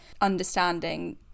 understanding